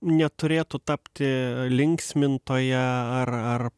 neturėtų tapti linksmintoja ar ar